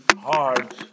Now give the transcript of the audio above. hard